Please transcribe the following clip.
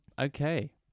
Okay